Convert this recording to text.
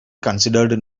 considered